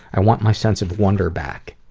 i want my sense of wonder back.